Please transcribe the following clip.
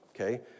okay